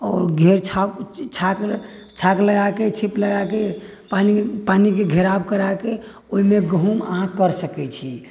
आओर घेर छाओ छाक लगाके छिप लगाके पानिके घेराव कराके ओहिमे गहुँम अहाँ करि सकैत छी